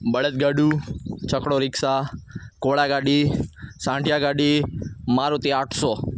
બળદગાડું છકડો રિક્ષા ઘોડાગાડી સાંઠીયાગાડી મારુતિ આઠસો